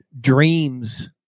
dreams